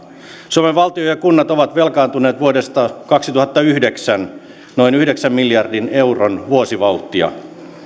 suomen valtio ja kunnat ovat velkaantuneet vuodesta kaksituhattayhdeksän noin yhdeksän miljardin euron vuosivauhtia